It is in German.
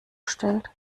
stellt